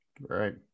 Right